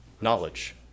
knowledge